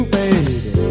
baby